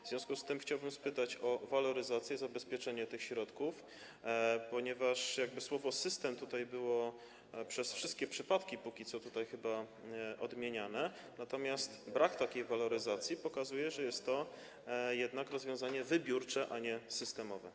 W związku z tym chciałbym spytać o waloryzację, zabezpieczenie tych środków, ponieważ słowo „system” było chyba przez wszystkie przypadki tutaj odmieniane, natomiast brak takiej waloryzacji pokazuje, że jest to jednak rozwiązanie wybiórcze, a nie systemowe.